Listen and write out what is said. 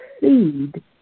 seed